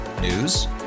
News